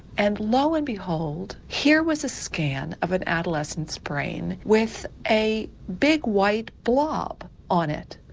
and lo and behold here was a scan of an adolescent's brain with a big white blob on it.